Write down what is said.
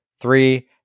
three